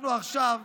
אנחנו עכשיו,